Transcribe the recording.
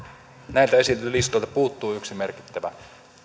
näiltä esityslistoilta puuttuu yksi merkittävä